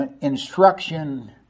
instruction